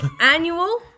annual